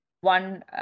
one